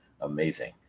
amazing